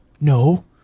No